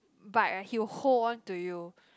bite right he will hold on to you